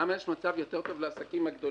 למה יש מצב יותר טוב לעסקים הגדולים?